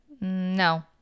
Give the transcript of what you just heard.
No